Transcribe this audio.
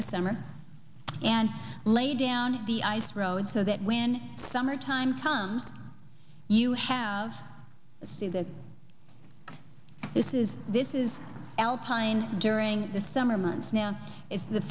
the summer and lay down the ice road so that when summertime tums you have to say that this is this is alpine during the summer months now is the